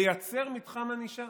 לייצר מתחם ענישה.